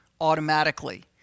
automatically